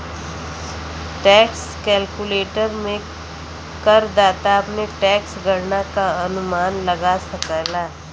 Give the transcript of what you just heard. tax calculator में करदाता अपने टैक्स गणना क अनुमान लगा सकला